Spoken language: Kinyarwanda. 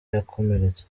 yakomeretse